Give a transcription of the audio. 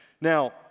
Now